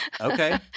Okay